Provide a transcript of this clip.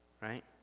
right